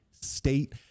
State